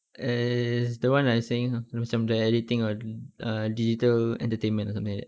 is the [one] I'm saying ah macam the editing or err digital entertainment or something like that